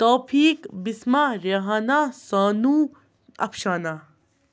توفیٖق بِسما رہانا سانوٗ افشانا